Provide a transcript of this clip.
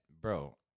bro